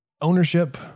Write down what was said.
ownership